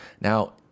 now